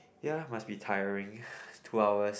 ya must be tiring two hours